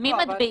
מי מדביק?